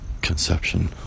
conception